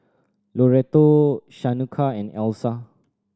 Loretto Shaneka and Elsa